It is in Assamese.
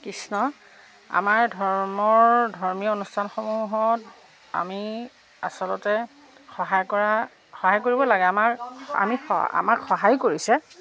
কৃষ্ণ আমাৰ ধৰ্মৰ ধৰ্মীয় অনুষ্ঠানসমূহত আমি আচলতে সহায় কৰা সহায় কৰিব লাগে আমাৰ আমি আমাক সহায়ো কৰিছে